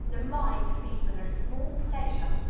the might of even a small pleasure,